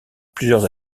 plusieurs